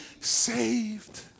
saved